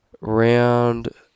Round